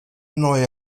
neue